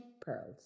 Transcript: pearls